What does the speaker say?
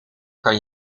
kan